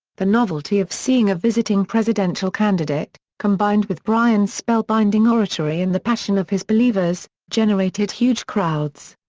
the novelty of seeing a visiting presidential candidate, combined with bryan's spellbinding oratory and the passion of his believers, generated huge crowds.